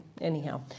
Anyhow